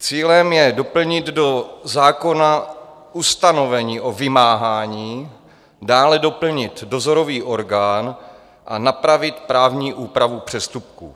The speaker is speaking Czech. Cílem je doplnit do zákona ustanovení o vymáhání, dále doplnit dozorový orgán a napravit právní úpravu přestupků.